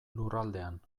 lurraldean